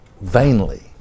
vainly